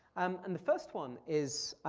um and the first one is